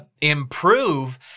improve